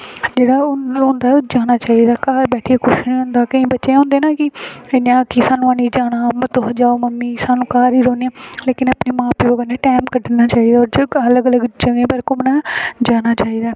जेह्ड़ा ओह् मतलब होंदा ऐ ओह् जाना चाहिदा घर बैठियै कुछ निं होंदा केईं बच्चे होदे ना कि इ'यां कि सानूं हैनी जाना तुस जाओ मम्मी सानूं घर ई रौह्न्ने आं लेकिन अपने मां प्यो कन्नै टैम कड्ढना चाहिदा अलग अलग जगह् पर घूमने गी जाना चाहिदा ऐ